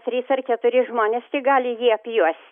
trys ar keturi žmonės tik gali jį apjuos